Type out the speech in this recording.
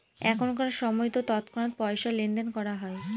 এখনকার সময়তো তৎক্ষণাৎ পয়সা লেনদেন করা হয়